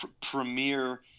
premier